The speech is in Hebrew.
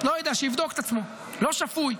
לא יודע, שיבדוק את עצמו, לא שפוי.